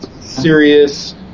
serious